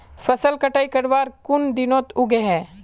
फसल कटाई करवार कुन दिनोत उगैहे?